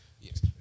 yes